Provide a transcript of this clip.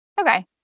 okay